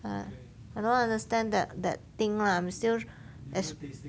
!huh! I don't understand that that thing lah I'm still as